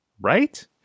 Right